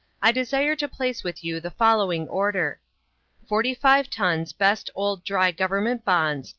i desire to place with you the following order forty-five tons best old dry government bonds,